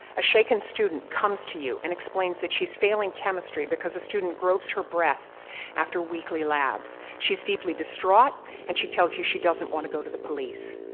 a shaken student comes to you and explains that she's failing chemistry because a student gropes her breasts after weekly labs. she's deeply distraught and she tells us she doesn't want to go to the police.